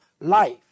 life